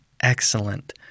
excellent